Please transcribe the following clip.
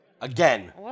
Again